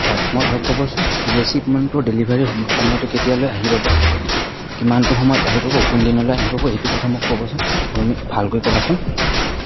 হয় মই আৰু ক'বচোন যে শ্বিপমেণ্টটোৰ ডেলিভাৰী সময়টো কেতিয়ালৈ আহি পাব কিমানটো সময়ত আহি পাব কোন দিনলৈ আহি পাব এইটো কথা মোক ক'বচোন তুমি ভালকৈ ক'বাচোন